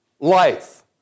life